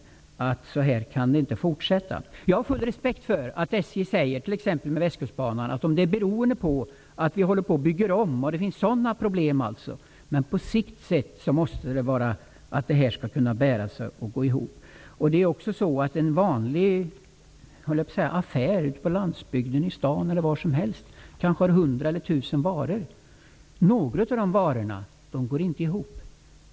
Så här kan det inte fortsätta. Jag har full respekt för att SJ säger att det finns problem med t.ex. Västkustbanan beroende på att man håller på att bygga om. Men på sikt måste det kunna bära sig och gå ihop. En vanlig affär på landsbygden, i staden eller var som helst kanske har hundra eller tusen varor. Några av de varorna är inte lönsamma.